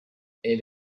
elle